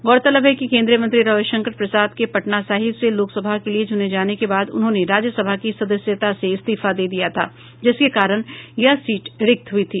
गौरतलब है कि केंद्रीय मंत्री रविशंकर प्रसाद के पटना साहिब से लोकसभा के लिए चूने जाने के बाद उन्होंने राज्य सभा की सदस्यता से इस्तीफा दे दिया था जिसके कारण यह सीट रिक्त हई थी